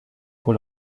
pour